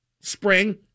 spring